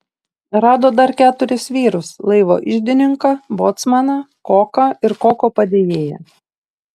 rado dar keturis vyrus laivo iždininką bocmaną koką ir koko padėjėją